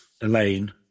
Elaine